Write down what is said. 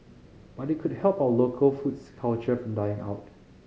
but it could help our local food's culture from dying out